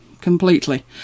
completely